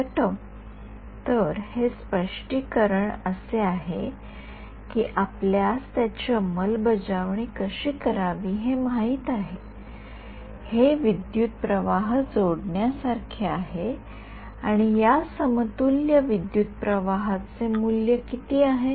विद्यार्थी तर हे स्पष्टीकरण असे आहे की आपल्यास त्याची अंमलबजावणी कशी करावी हे माहित आहे हे विद्युत् प्रवाह जोडण्यासारखे आहे आणि या समतुल्य विद्युत् प्रवाहाचे मूल्य किती आहे